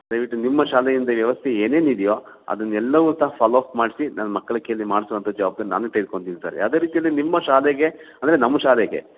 ದಯವಿಟ್ಟು ನಿಮ್ಮ ಶಾಲೆಯಿಂದ ವ್ಯವಸ್ಥೆ ಏನೇನು ಇದೆಯೋ ಅದನ್ನೆಲ್ಲವು ಸಹ ಫಾಲೋ ಅಪ್ ಮಾಡಿಸಿ ನನ್ನ ಮಕ್ಕಳ ಕೈಲಿ ಮಾಡ್ಸೋವಂಥ ಜವಾಬ್ದಾರಿ ನಾನೇ ತೆಗೆದ್ಕೊತೀನಿ ಸರ್ ಯಾವುದೇ ರೀತಿಯಲ್ಲಿ ನಿಮ್ಮ ಶಾಲೆಗೆ ಅಂದರೆ ನಮ್ಮ ಶಾಲೆಗೆ